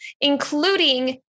including